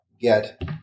get